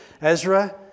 Ezra